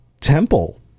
temple